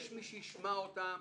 יש מי שישמע אותם,